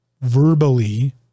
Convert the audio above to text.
verbally